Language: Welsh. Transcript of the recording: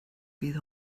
fydd